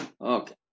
Okay